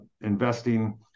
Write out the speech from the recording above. investing